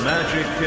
Magic